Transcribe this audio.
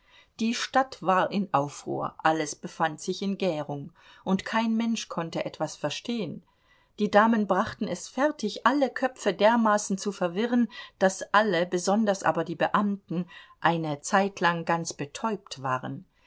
die stadt war in aufruhr alles befand sich in gärung und kein mensch konnte etwas verstehen die damen brachten es fertig alle köpfe dermaßen zu verwirren daß alle besonders aber die beamten eine zeitlang ganz betäubt waren